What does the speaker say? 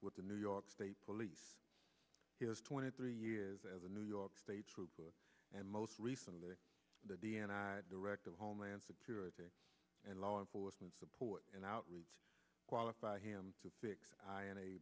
with the new york state police his twenty three years as a new york state trooper and most recently the d n i director of homeland security and law enforcement support and outreach qualify him to fix i